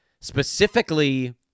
Specifically